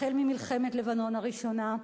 החל ממלחמת לבנון הראשונה,